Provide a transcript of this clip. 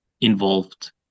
involved